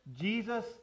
Jesus